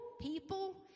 people